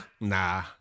nah